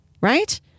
right